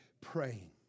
praying